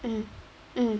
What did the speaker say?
mm mm